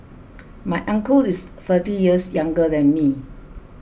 my uncle is thirty years younger than me